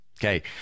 Okay